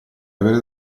avere